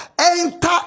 Enter